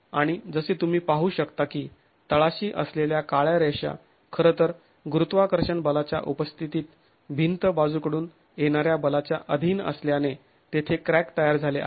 आणि जसे तुम्ही पाहू शकता की तळाशी असलेल्या काळ्या रेषा खरंतर गुरुत्वाकर्षण बलाच्या उपस्थितीत भिंत बाजूकडून येणाऱ्या बलाच्या अधीन असल्याने तेथे क्रॅक तयार झाले आहेत